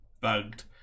bugged